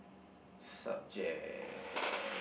subject